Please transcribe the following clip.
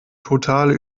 total